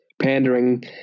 pandering